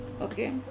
Okay